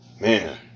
Man